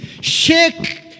shake